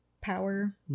power